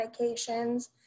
medications